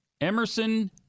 Emerson